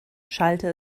schallte